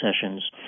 sessions